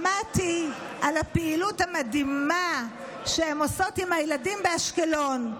שמעתי על הפעילות המדהימה שהן עושות עם הילדים באשקלון.